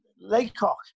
Laycock